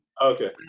Okay